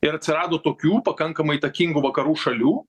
ir atsirado tokių pakankamai įtakingų vakarų šalių